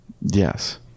Yes